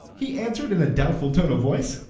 he answered in a doubtful tone of voice,